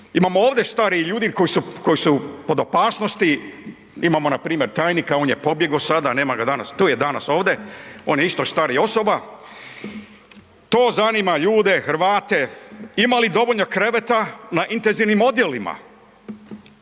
imamo ovdje starije ljude koji su pod opasnosti, imamo npr. tajnika, on je pobjegao sada, nema ga, tu je danas ovdje, on je isto starija osoba, to zanima ljude, Hrvate, ima li dovoljno kreveta na intenzivnim odjelima.